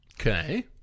Okay